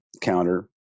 counter